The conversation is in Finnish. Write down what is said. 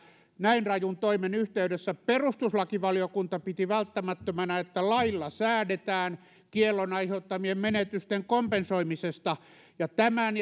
näin rajun toimen yhteydessä perustuslakivaliokunta piti välttämättömänä että lailla säädetään kiellon aiheuttamien menetysten kompensoimisesta tämän